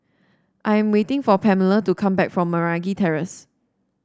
I am waiting for Pamela to come back from Meragi Terrace